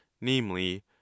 namely